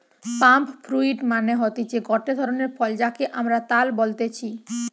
পাম fruit মানে হতিছে গটে ধরণের ফল যাকে আমরা তাল বলতেছি